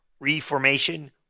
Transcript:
reformation